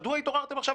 מדוע התעוררתם עכשיו,